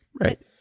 Right